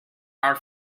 are